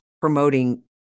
promoting